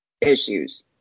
Issues